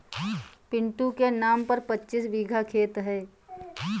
पिंटू के नाम पर पच्चीस बीघा खेत है